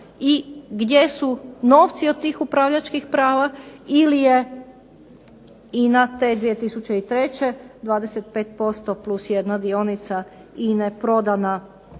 gdje su novci od tih upravljačkih prava, ili je INA te 2003. 25% plus jedna dionica INA-e prodana za